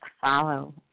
follow